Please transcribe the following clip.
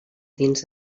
dins